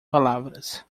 palavras